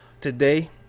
today